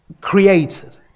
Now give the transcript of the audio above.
created